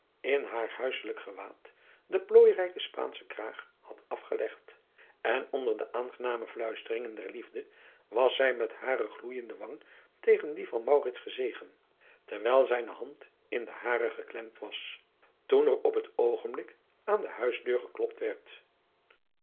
in haar huisselijk gewaad den plooirijken spaanschen kraag had afgelegd en onder de aangename fluisteringen der driaan oosjes zn et leven van aurits ijnslager liefde was zij met hare gloeijende wang tegen die van gezegen terwijl zijne hand in de hare geklemd was toen er op het oogenblik aan de huisdeur geklopt werd